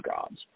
jobs